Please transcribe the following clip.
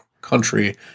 country